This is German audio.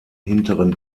hinteren